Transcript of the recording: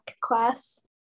class